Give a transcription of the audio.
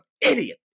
idiot